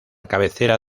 cabecera